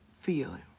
feeling